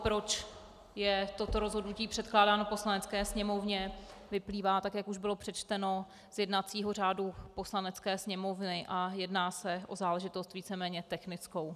Proč je toto rozhodnutí předkládáno Poslanecké sněmovně, vyplývá, jak už bylo přečteno, z jednacího řádu Poslanecké sněmovny a jedná se o záležitost víceméně technickou.